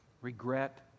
Regret